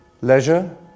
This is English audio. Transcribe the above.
Leisure